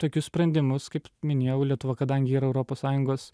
tokius sprendimus kaip minėjau lietuva kadangi yra europos sąjungos